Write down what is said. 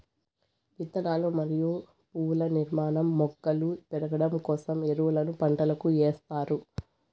విత్తనాలు మరియు పువ్వుల నిర్మాణం, మొగ్గలు పెరగడం కోసం ఎరువులను పంటలకు ఎస్తారు